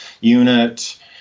unit